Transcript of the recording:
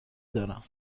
دارم